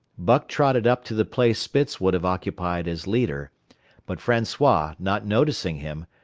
buck trotted up to the place spitz would have occupied as leader but francois, not noticing him,